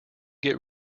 get